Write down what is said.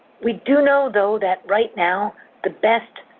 we do know, though, that right now the best,